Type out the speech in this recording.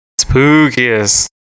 Spookiest